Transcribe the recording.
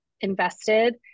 invested